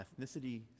ethnicity